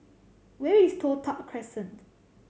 where is Toh Tuck Crescent